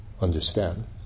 understand